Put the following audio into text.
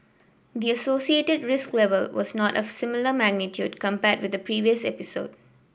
the associated risk level was not of similar magnitude compared with the previous episode